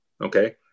okay